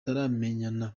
irengero